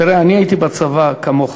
תראה, אני הייתי בצבא כמוך,